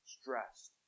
stressed